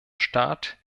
staat